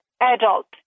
adult